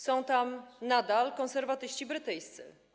Są tam nadal konserwatyści brytyjscy.